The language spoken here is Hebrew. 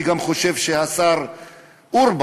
אני גם חושב שהשר אורבך,